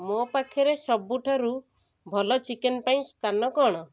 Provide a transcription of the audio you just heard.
ମୋ ପାଖରେ ସବୁଠାରୁ ଭଲ ଚିକେନ୍ ପାଇଁ ସ୍ଥାନ କ'ଣ